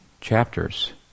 chapters